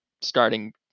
starting